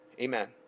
Amen